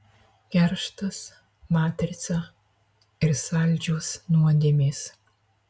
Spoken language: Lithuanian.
kerštas matrica ir saldžios nuodėmės